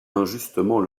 injustement